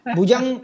Bujang